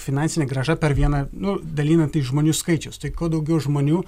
finansinė grąža per vieną nu dalinant iš žmonių skaičius tai kuo daugiau žmonių